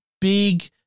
big